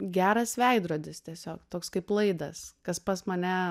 geras veidrodis tiesiog toks kaip laidas kas pas mane